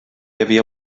havia